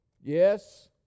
Yes